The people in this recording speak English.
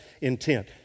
intent